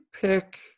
pick